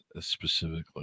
specifically